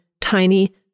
tiny